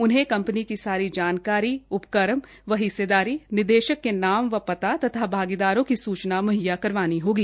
उन्हें कंपनी की सारी जानकारी उपक्रम व हिस्सेदारी निदेशक के नाम व पता तथा भागीदारो की सूचना मुहैया करवानी होगी